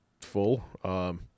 full